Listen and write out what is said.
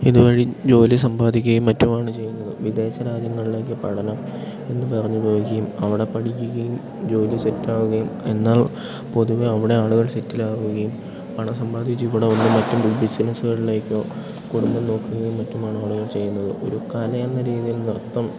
ഇതു വഴി ജോലി സമ്പാദിക്കുകയും മറ്റുമാണ് ചെയ്യുന്നത് വിദേശ രാജ്യങ്ങളിലേക്ക് പഠനം എന്നു പറഞ്ഞു പോകുകയും അവിടെ പഠിക്കുകയും ജോലി സെറ്റാകുകയും എന്നാൽ പൊതുവെ അവിടെ ആളുകൾ സെറ്റിലാകുകയും പണം സമ്പാദിച്ച് ഇവിടെ വന്ന് മറ്റും ബിസിനസ്സുകളിലേക്കോ കുടുംബം നോക്കുകയും മറ്റുമാണ് ആളുകൾ ചെയ്യുന്നത് ഒരു കല എന്ന രീതിയിൽ നൃത്തം